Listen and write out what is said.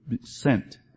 sent